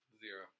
Zero